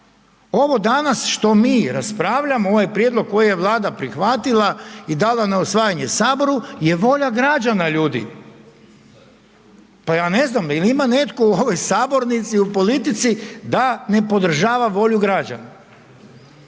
ovo danas što mi raspravljamo, ovaj prijedlog koji je Vlada prihvatila i dala na usvajanje Saboru je volja građana, ljudi. Pa ja ne znam jel ima netko u ovoj sabornici, u politici da ne podržava volju građana?